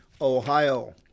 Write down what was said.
Ohio